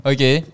Okay